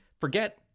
forget